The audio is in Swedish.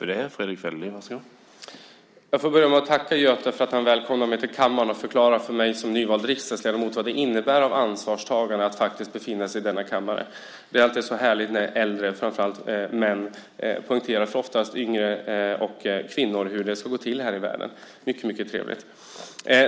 Herr talman! Jag får börja med att tacka Göte för att han välkomnar mig till kammaren och förklarar för mig som nyvald riksdagsledamot vad det innebär av ansvarstagande att befinna sig i denna kammare. Det är alltid så härligt när äldre, framför allt män, poängterar för oftast yngre och kvinnor hur det ska gå till här i världen. Det är mycket trevligt.